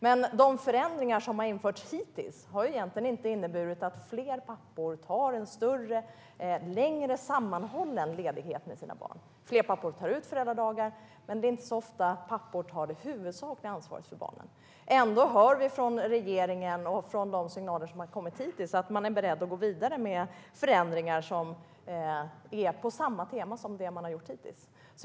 Men de förändringar som har införts hittills har egentligen inte inneburit att fler pappor tar en längre sammanhållen ledighet med sina barn. Fler pappor tar ut föräldradagar, men det är inte så ofta som pappor tar det huvudsakliga ansvaret för barnen. Ändå hör vi från regeringen och av de signaler som har kommit hittills att man är beredd att gå vidare med förändringar som är på samma tema som det man har gjort hittills.